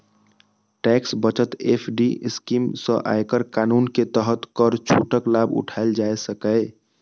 tax बचत FD scheme सं आयकर कानून के तहत कर छूटक लाभ उठाएल जा सकैए